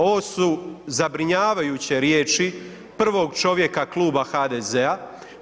Ovo su zabrinjavajuće riječi prvog čovjeka kluba HDZ-a.